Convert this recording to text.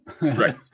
right